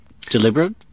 deliberate